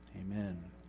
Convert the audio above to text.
Amen